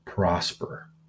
prosper